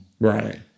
Right